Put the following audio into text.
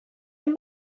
den